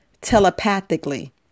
telepathically